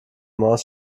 maus